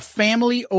family